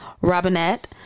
robinette